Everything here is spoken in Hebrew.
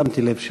שמתי לב שלא.